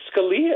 Scalia